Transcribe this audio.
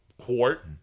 quart